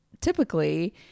typically